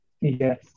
yes